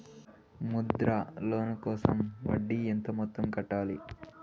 Mudra loan కోసం వడ్డీ ఎంత మొత్తం కట్టాలి